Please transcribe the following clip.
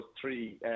three